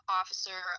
officer